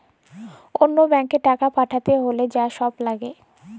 অল্য ব্যাংকে টাকা পাঠ্যাতে হ্যলে যা ছব ল্যাগে